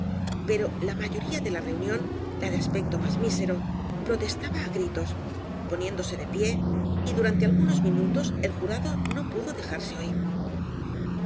pero la mayoría de la reunión la de aspecto más mísero protestaba á gritos poniéndose de pie y durante algunos minutos el jurado no pudo dejarse oír